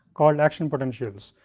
called action potentials,